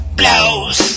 blows